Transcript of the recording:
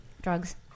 Drugs